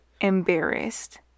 embarrassed